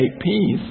peace